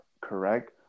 correct